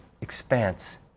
expanse